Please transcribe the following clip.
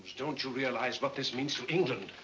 don't you realize what this means to england?